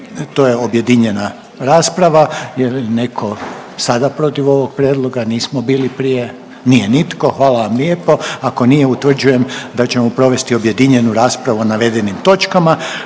To je objedinjena rasprava. Je li netko sada protiv ovog prijedloga? Nismo bili prije. Nije nitko. Hvala vam lijepo. Ako nije, utvrđujem da ćemo provesti objedinjenu raspravu o navedenim točkama.